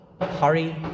Hurry